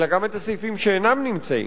אלא גם את הסעיפים שאינם נמצאים.